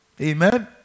Amen